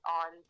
on